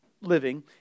living